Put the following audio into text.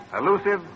elusive